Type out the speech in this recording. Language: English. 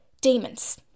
demons